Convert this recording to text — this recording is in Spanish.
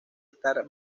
estar